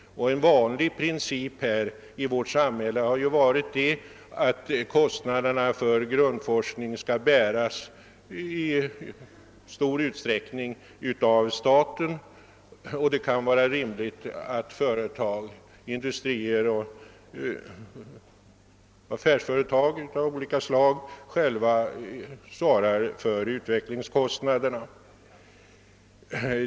En vanlig princip i vårt samhälle har varit att kostnaderna för grundforskningen i stor utsträckning bäres av staten. Det kan däremot vara rimligt att industrier och affärsföretag av olika slag själva svarar för utvecklingskostnaderna.